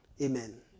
Amen